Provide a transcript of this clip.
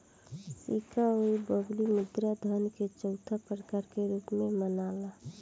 सिक्का अउर बबली मुद्रा धन के चौथा प्रकार के रूप में मनाला